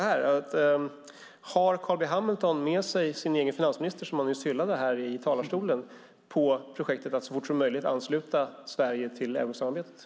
Har Carl B Hamilton med sig sin egen finansminister, som han nyss hyllade här i talarstolen, i projektet att så fort som möjligt ansluta Sverige till eurosamarbetet?